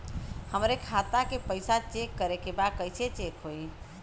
हमरे खाता के पैसा चेक करें बा कैसे चेक होई?